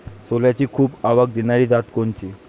सोल्याची खूप आवक देनारी जात कोनची?